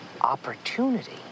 Opportunity